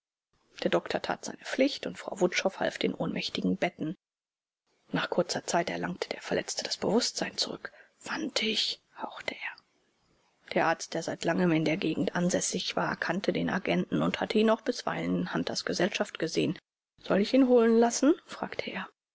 der doktor tat seine pflicht und frau wutschow half den ohnmächtigen betten nach kurzer zeit erlangte der verletzte das bewußtsein zurück fantig hauchte er der arzt der seit langem in der gegend ansässig war kannte den agenten und hatte ihn auch bisweilen in hunters gesellschaft gesehen soll ich ihn holen lassen fragte er